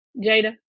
Jada